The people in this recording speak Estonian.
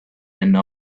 enne